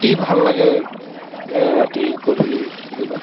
অতি ভাল লাগে ৰাতি গধূলি বেলিকা